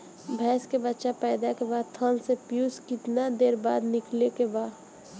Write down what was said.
भैंस के बच्चा पैदा के बाद थन से पियूष कितना देर बाद निकले के बा?